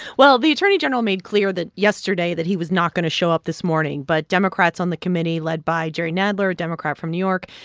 well, the attorney general made clear that yesterday that he was not going to show up this morning. but democrats on the committee led by jerry nadler, a democrat from new york,